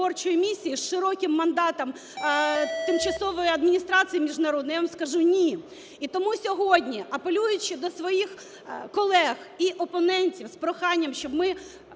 з широким мандатом тимчасової адміністрації міжнародної, я вам скажу: ні. І тому сьогодні, апелюючи до своїх колег і опонентів з проханням, щоб ми